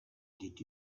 did